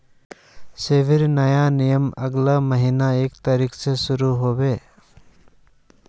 सेबीर नया नियम अगला महीनार एक तारिक स शुरू ह बे